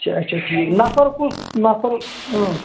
اچھا اچھا ٹھیٖک نَفَر کُس نَفَر اۭں